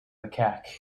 macaque